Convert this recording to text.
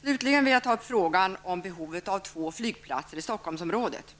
Slutligen vill jag ta upp frågan om behovet av två flygplatser i Stockholmsområdet.